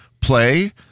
play